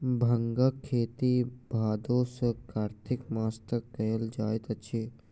भांगक खेती भादो सॅ कार्तिक मास तक कयल जाइत अछि